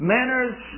Manners